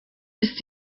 bis